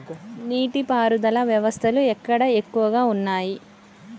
నీటి పారుదల వ్యవస్థలు ఎక్కడ ఎక్కువగా ఉన్నాయి?